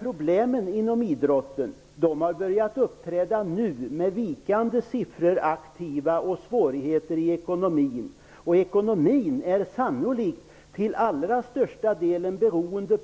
Problemen inom idrotten har börjat uppträda nu, med vikande siffror vad gäller de aktiva och med svårigheter i ekonomin. Sannolikt beror ekonomin till allra största delen